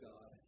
God